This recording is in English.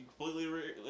Completely